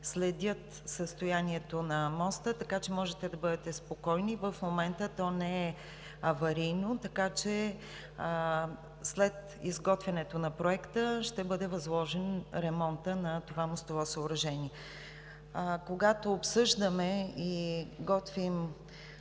следят състоянието на моста, така че можете да бъдете спокойни. В момента то не е аварийно, така че след изготвянето на Проекта ще бъде възложен ремонтът на това мостово съоръжение. Когато обсъждаме и готвим